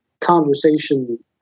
conversation